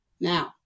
Now